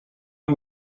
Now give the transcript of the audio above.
amb